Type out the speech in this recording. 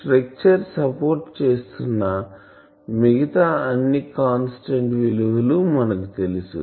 structure support చేస్తున్న మిగతా అన్ని కాన్స్టాంట్ విలువలు మనకు తెలుసు